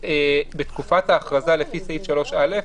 בתקופת ההכרזה לפי סעיף 3(א),